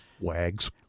Wags